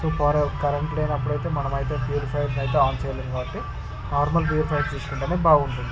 so ప current లేనప్పుడు అయితే మనమైతే ప్యూరిఫయర్ నైతే ఆన్ చేయలేము కాబట్టి నార్మల్ ప్యూరిఫయర్ తీసుకుంటూనే బాగుంటుంది